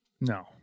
No